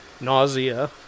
nausea